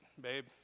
babe